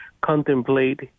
contemplate